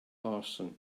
arson